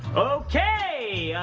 okay.